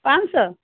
पाँच सए